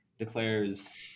Declares